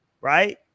right